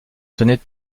tenait